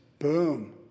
Boom